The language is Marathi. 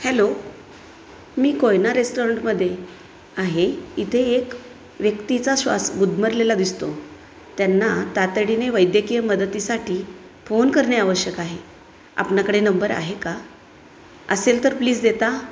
हॅलो मी कोयना रेस्टॉरंटमध्ये आहे इथे एक व्यक्तीचा श्वास गुदमरलेला दिसतो त्यांना तातडीने वैद्यकीय मदतीसाठी फोन करणे आवश्यक आहे आपणाकडे नंबर आहे का असेल तर प्लीज देता